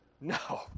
No